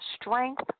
strength